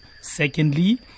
Secondly